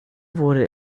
wurde